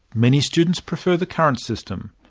many students prefer the current system.